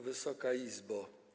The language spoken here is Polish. Wysoka Izbo!